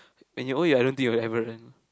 when you old ya I don't think you'll ever run